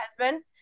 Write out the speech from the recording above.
husband